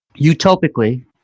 Utopically